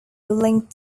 linked